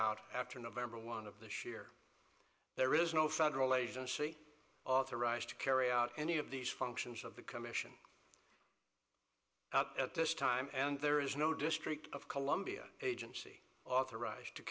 out after november one of this year there is no federal agency authorized to carry out any of these functions of the commission at this time and there is no district of columbia agency authorized to